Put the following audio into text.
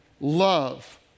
Love